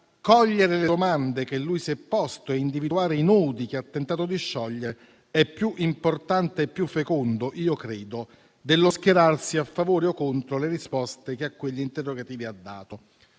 cogliere le domande che lui si è posto e individuare i nodi che ha tentato di sciogliere sono più importanti e più fecondi - io credo - dello schierarsi a favore o contro le risposte che a quegli interrogativi ha dato.